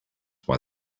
why